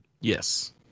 Yes